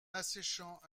asséchant